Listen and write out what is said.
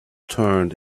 turned